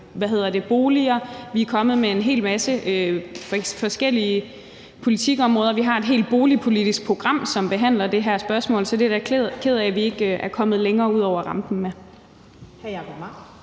ind i deres boliger. Vi er kommet med en hel masse forskellige politikområder. Vi har et helt boligpolitisk program, som behandler det her spørgsmål. Så det er jeg da ked af at vi ikke er kommet længere ud over rampen med.